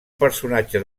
personatge